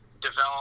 develop